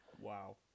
Wow